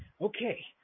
Okay